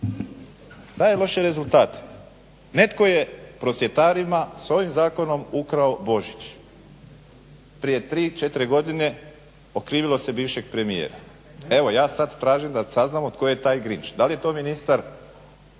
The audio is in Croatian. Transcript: daje loše rezultate. Netko je prosvjetarima s ovim zakonom ukrao Božić. Prije tri, četiri godine okrivilo se bivšeg premijera. Evo ja sad tražim da saznamo tko je taj Grinch. Da li je to ministar